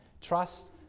trust